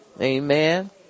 Amen